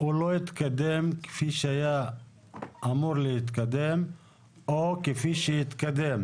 הוא לא התקדם כפי שהיה אמור להתקדם או כפי שהתקדם